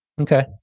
Okay